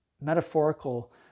metaphorical